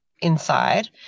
inside